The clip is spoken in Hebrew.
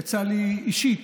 יצא לי אישית